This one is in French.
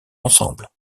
ensemble